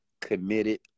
committed